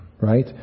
right